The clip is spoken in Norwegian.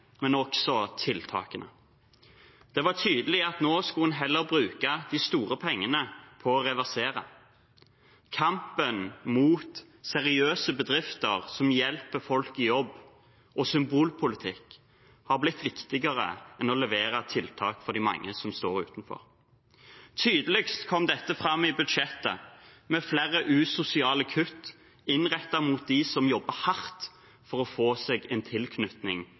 men også tiltakene. Det var tydelig at nå skulle man heller bruke de store pengene på å reversere. Kampen mot seriøse bedrifter som hjelper folk i jobb, og symbolpolitikk har blitt viktigere enn å levere tiltak for de mange som står utenfor. Tydeligst kom dette fram i budsjettet, med flere usosiale kutt innrettet mot dem som jobber hardt for å få en tilknytning